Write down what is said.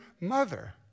mother